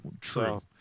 True